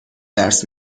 درس